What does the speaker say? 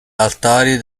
altari